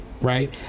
right